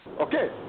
Okay